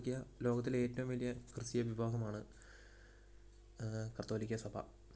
ലോകത്തിലെ ഏറ്റവും വലിയ ക്രിസ്തീയ വിഭാഗമാണ് കത്തോലിക്കാ സഭ